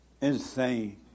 Insane